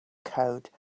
code